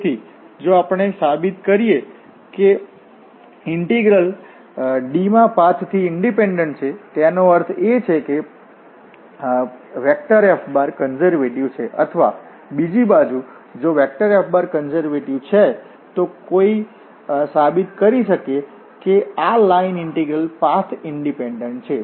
તેથી જો આપણે સાબિત કરીએ કે ઇન્ટીગ્રલ D માં પાથથી ઈંડિપેંડન્ટ છે તેનો અર્થ એ છે કે F કન્ઝર્વેટિવ છે અથવા બીજી બાજુ જો F કન્ઝર્વેટિવ છે તો કોઈ સાબિત કરી શકે છે કે આ લાઇન ઇન્ટીગ્રલ પાથ ઈંડિપેંડન્ટ છે